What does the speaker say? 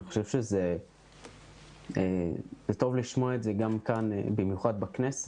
אני חושב שטוב לשמוע את זה גם כאן במיוחד בכנסת,